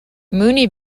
mooney